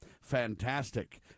fantastic